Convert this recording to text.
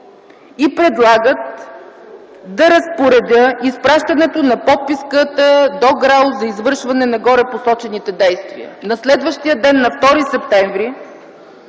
Те предлагат да разпоредя изпращането на подписката до ГРАО за извършване на горепосочените действия.